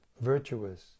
virtuous